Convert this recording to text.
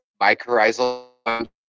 mycorrhizal